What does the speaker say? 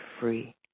free